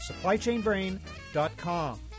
supplychainbrain.com